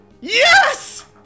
Yes